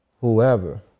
whoever